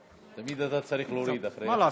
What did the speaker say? תמיד אתה צריך להוריד אחרי, מה לעשות,